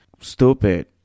stupid